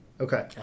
Okay